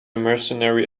mercenary